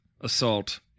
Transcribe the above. assault